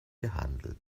gehandelt